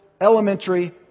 elementary